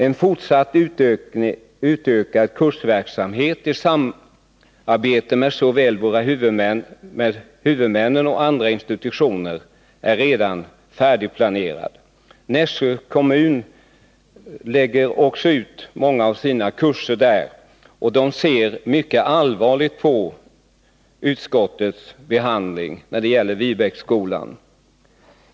En fortsatt utökad kursverksamhet i samarbete med såväl våra huvudmän som andra institutioner är redan färdigplanerad. Nässjö kommun förlägger också många av sina kurser dit, och man ser mycket allvarligt på utskottsbehandlingen när det gäller Viebäcksskolan.